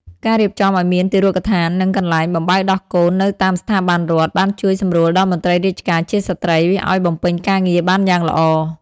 ការរៀបចំឱ្យមានទារកដ្ឋាន និងកន្លែងបំបៅដោះកូននៅតាមស្ថាប័នរដ្ឋ បានជួយសម្រួលដល់មន្ត្រីរាជការជាស្ត្រីឱ្យបំពេញការងារបានយ៉ាងល្អ។